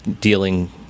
dealing